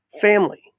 Family